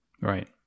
Right